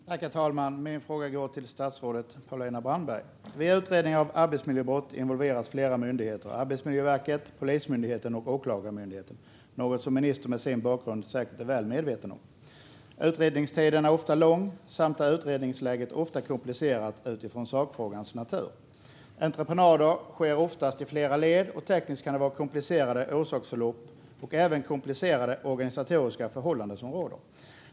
Herr talman! Min fråga går till statsrådet Paulina Brandberg. Vid utredning av arbetsmiljöbrott involveras flera myndigheter - Arbetsmiljöverket, Polismyndigheten och Åklagarmyndigheten. Detta är ministern med sin bakgrund säkert väl medveten om. Utredningstiden är ofta lång, och utredningsläget är ofta komplicerat på grund av sakfrågans natur. Entreprenader sker oftast i flera led, och tekniskt kan det vara komplicerade orsaksförlopp. Det kan även vara komplicerade organisatoriska förhållanden som råder.